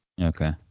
Okay